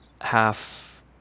half